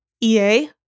EA